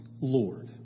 Lord